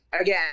again